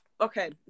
okay